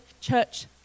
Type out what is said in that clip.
Church